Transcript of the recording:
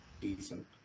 decent